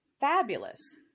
fabulous